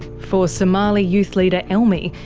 for somali youth leader elmi,